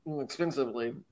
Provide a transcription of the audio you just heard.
Expensively